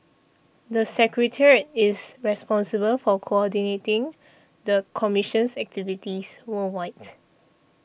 the secretariat is responsible for coordinating the commission's activities worldwide